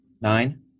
nine